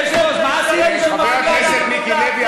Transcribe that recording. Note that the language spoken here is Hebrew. חבר הכנסת מיקי לוי,